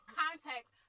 context